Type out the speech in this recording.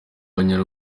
banya